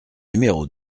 numéro